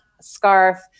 scarf